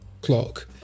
clock